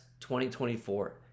2024